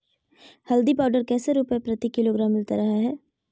हल्दी पाउडर कैसे रुपए प्रति किलोग्राम मिलता रहा है?